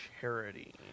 charity